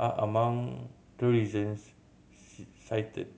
are among the reasons cited